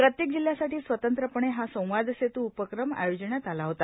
प्रत्येक जिल्ह्यासाठी स्वतंत्रपणे हा संवादसेतू उपक्रम आयोजित करण्यात आला होता